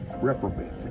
reprobate